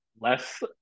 less